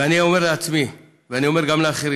ואני אומר לעצמי, ואני אומר גם לאחרים: